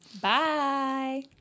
Bye